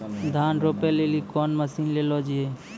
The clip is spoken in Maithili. धान रोपे लिली कौन मसीन ले लो जी?